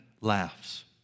laughs